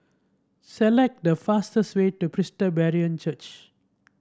select the fastest way to Presbyterian Church